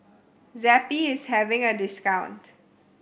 zappy is having a discount